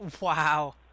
Wow